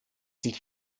sind